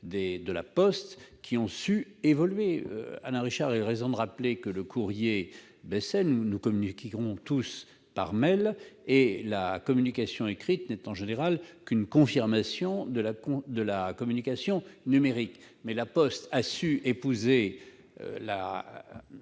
de La Poste, qui ont su évoluer. Alain Richard a eu raison de rappeler que le volume du courrier baissait. Nous communiquons tous par mail, et la communication écrite n'est en général qu'une confirmation de la communication numérique. Mais La Poste a su épouser la